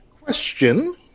Question